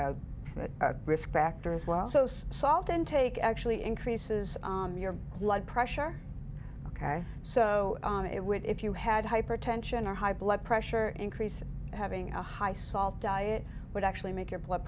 are risk factors were also salt intake actually increases your blood pressure ok so it would if you had hypertension or high blood pressure increase having a high salt diet would actually make your blood